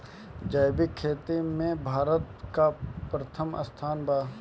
जैविक खेती में भारत का प्रथम स्थान बा